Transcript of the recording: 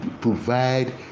provide